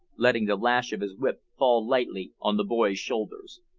letting the lash of his whip fall lightly on the boy's shoulders.